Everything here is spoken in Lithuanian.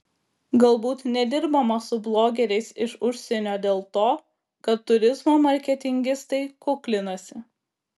galbūt nedirbama su blogeriais iš užsienio dėl to kad turizmo marketingistai kuklinasi